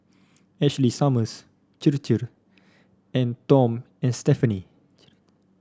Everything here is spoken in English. Ashley Summers Chir Chir and Tom and Stephanie